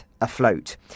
Afloat